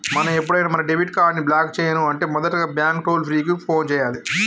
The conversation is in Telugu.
మనం ఎప్పుడైనా మన డెబిట్ కార్డ్ ని బ్లాక్ చేయను అంటే మొదటగా బ్యాంకు టోల్ ఫ్రీ కు ఫోన్ చేయాలి